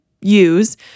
use